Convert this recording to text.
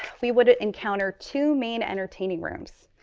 we would encounter two main entertaining rooms.